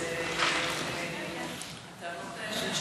הישראלים,